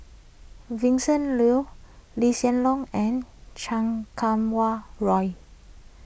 Vincent Leow Lee Hsien Loong and Chan Kum Wah Roy